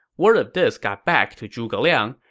word of this got back to zhuge liang,